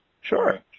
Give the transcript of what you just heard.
Sure